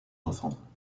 enfants